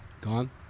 Gone